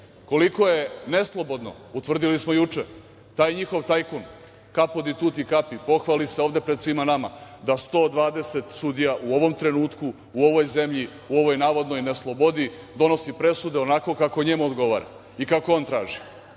Koliko je neslobodno utvrdili smo juče. Taj njihov tajkun „kapo di tuti kapi“ pohvali se ovde pred svima nama da 120 sudija u ovom trenutku, u ovoj zemlji, u ovoj navodnoj neslobodi, donosi presude onako kako njemu odgovara i kako on traži.